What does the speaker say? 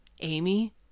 Amy